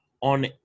on